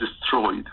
destroyed